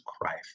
Christ